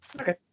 Okay